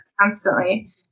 constantly